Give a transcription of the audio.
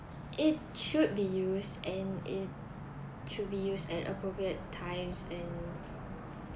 it should be used and it to be used at appropriate times and